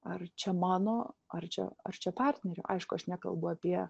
ar čia mano ar čia ar čia partnerio aišku aš nekalbu apie